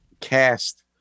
cast